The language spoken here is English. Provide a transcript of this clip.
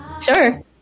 Sure